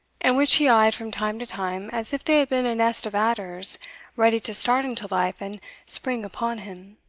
and which he eyed from time to time, as if they had been a nest of adders ready to start into life and spring upon him.